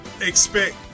expect